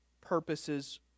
purposes